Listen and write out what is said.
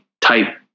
type